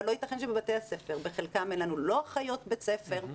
אבל לא יתכן שבבתי הספר בחלקם אין לנו לא אחיות בית ספר,